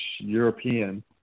European